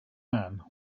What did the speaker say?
man